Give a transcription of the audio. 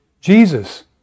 Jesus